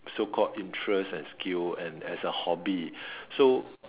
so called interest and skill and as a hobby so